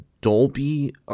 Dolby